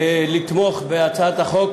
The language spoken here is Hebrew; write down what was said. לתמוך בהצעת החוק.